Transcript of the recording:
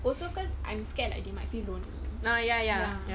also cause I'm scared like they might feel lonely ya